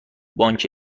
بانک